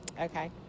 Okay